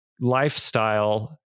lifestyle